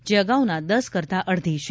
જે અગાઉના દસ કરતાં અડધી છે